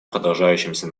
продолжающимся